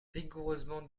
rigoureusement